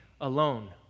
alone